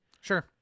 Sure